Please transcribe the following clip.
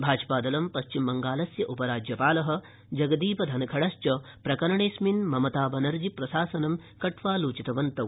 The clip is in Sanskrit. भाजपादलं पथ्चिमबङ्गालस्य उपराज्यपालः जगदीपधनखडश्च प्रकरणेऽस्मिन् ममताबनर्जी प्रशासनम् कट्वालोचितवन्तौ